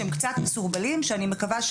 שהם קצת מסורבלים שאני מקווה,